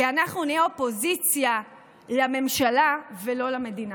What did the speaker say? כי אנחנו נהיה אופוזיציה לממשלה ולא למדינה.